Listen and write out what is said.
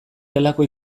gelako